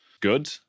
good